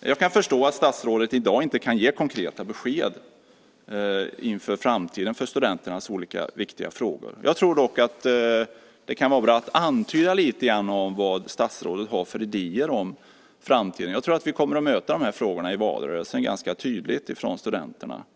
Jag kan förstå att statsrådet i dag inte kan ge konkreta besked inför framtiden om studenternas olika viktiga frågor. Jag tror dock att det kan vara bra att antyda lite grann om vilka idéer statsrådet har om framtiden. Jag tror att vi i valrörelsen kommer att möta de här frågorna ganska tydligt från studenterna.